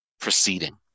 proceeding